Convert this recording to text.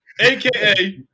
AKA